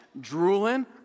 drooling